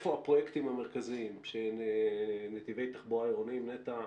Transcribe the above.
הפרויקטים המרכזיים שנתיבי תחבורה עירוניים, נת"ע,